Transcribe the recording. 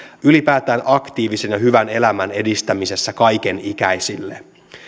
ylipäätään aktiivisen ja hyvän elämän edistämisessä kaikenikäisille